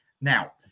now